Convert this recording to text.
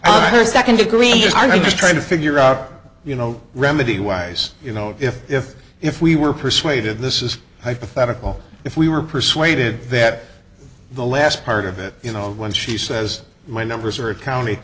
of her second degree because i'm just trying to figure out you know remedy wise you know if if if we were persuaded this is hypothetical if we were persuaded that the last part of it you know when she says my numbers are county